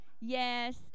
yes